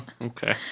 Okay